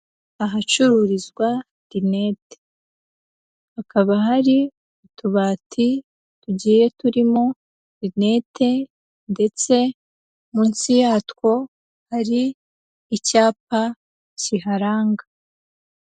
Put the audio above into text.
Ahacururizwa rinete, hakaba hari utubati tugiye turimo rinete ndetse munsi yatwo hari icyapa kiharanga.